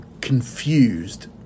confused